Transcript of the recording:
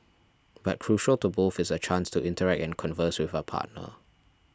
but crucial to both is a chance to interact and converse with a partner